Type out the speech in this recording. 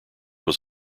was